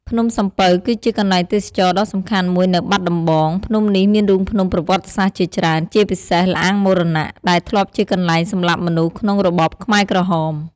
ភ្នំសំពៅគឺជាកន្លែងទេសចរណ៍ដ៏សំខាន់មួយនៅបាត់ដំបង ភ្នំនេះមានរូងភ្នំប្រវត្តិសាស្ត្រជាច្រើន ជាពិសេស ល្អាងមរណៈ ដែលធ្លាប់ជាកន្លែងសម្លាប់មនុស្សក្នុងរបបខ្មែរក្រហម។